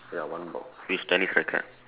ya one box with tennis racket